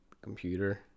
computer